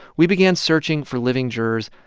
we began searching for living jurors,